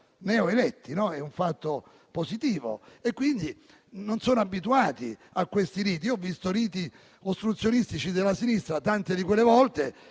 neoeletti, è un fatto positivo e quindi non sono abituati a questi riti. Ho visto riti ostruzionistici della sinistra tante di quelle volte